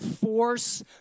force